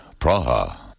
Praha